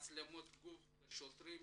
מצלמות גוף לשוטרים